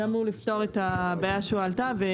זה אמור לפתור את הבעיה שהועלתה.